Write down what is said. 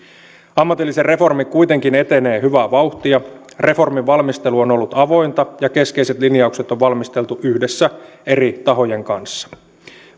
ammatillinen reformi kuitenkin etenee hyvää vauhtia reformin valmistelu on ollut avointa ja keskeiset linjaukset on valmisteltu yhdessä eri tahojen kanssa